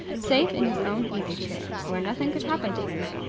safe in his own easy-chair, where nothing could happen to him.